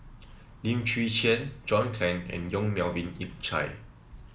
Lim Chwee Chian John Clang and Yong Melvin Yik Chye